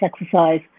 exercise